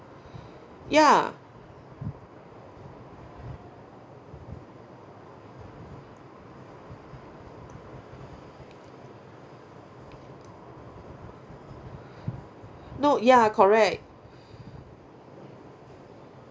ya no ya correct